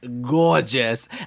gorgeous